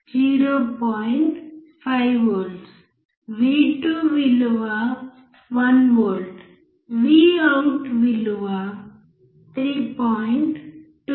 5V V 2 విలువ 1V Vout విలువ 3